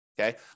Okay